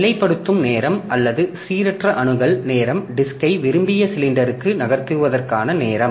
நிலைப்படுத்தும் நேரம் அல்லது சீரற்ற அணுகல் நேரம் டிஸ்க்யை விரும்பிய சிலிண்டருக்கு நகர்த்துவதற்கான நேரம்